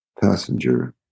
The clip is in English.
passenger